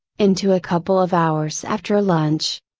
into a couple of hours after lunch.